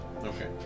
Okay